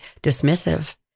dismissive